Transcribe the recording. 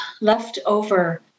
leftover